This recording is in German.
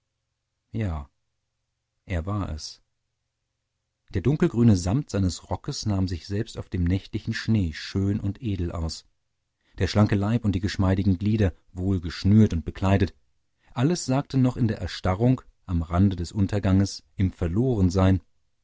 ja er war es der dunkelgrüne sammet seines rockes nahm sich selbst auf dem nächtlichen schnee schön und edel aus der schlanke leib und die geschmeidigen glieder wohl geschnürt und bekleidet alles sagte noch in der erstarrung am rande des unterganges im verlorensein